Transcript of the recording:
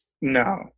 No